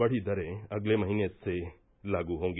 बढ़ी दरें अगले महीने से लागू होंगी